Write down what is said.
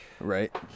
right